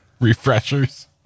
refreshers